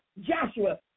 Joshua